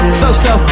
so-so